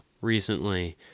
recently